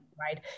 right